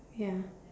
ya